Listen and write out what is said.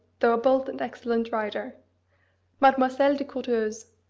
though a bold and excellent rider mademoiselle de courteheuse,